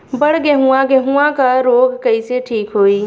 बड गेहूँवा गेहूँवा क रोग कईसे ठीक होई?